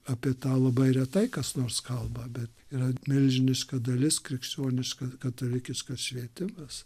apie tą labai retai kas nors kalba bet yra milžiniška dalis krikščioniškas katalikiškas švietimas